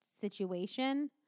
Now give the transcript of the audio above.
situation